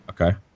okay